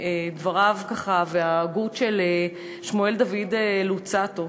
שבדבריו ועל ההגות של שמואל דוד לוצאטו,